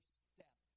step